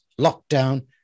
lockdown